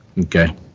Okay